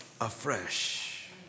afresh